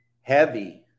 heavy